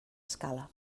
escala